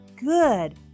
good